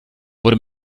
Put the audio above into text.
wurde